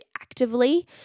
actively